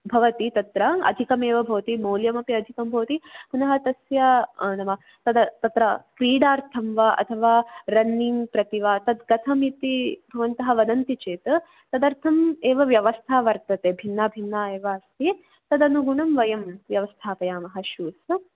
भवति तत्र अधिकमेव भवति मूल्यमपि अधिकं भवति पुनः तस्य नाम तत् तत्र क्रीडार्थं वा अथवा रन्निङ्ग् प्रति वा तत् कथमिति भवन्तः वदन्ति चेत् तदर्थं एव व्यवस्था वर्तते भिन्ना भिन्ना एव अस्ति तदनुगुणं वयं व्यवस्थापयामः शूस्